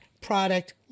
product